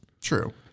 True